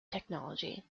technology